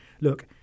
look